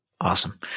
Awesome